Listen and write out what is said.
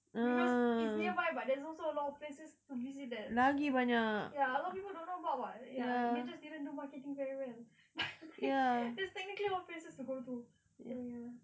cause it's nearby but there's also a lot of places to visit there ya a lot of people don't know about what ya they just didn't do marketing very well like there's technically a lot of places to go to so ya